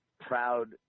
proud